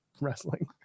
wrestling